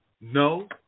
no